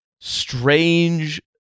strange